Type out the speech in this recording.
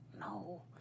No